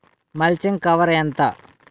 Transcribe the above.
Mulching cover ఎంత?